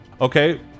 Okay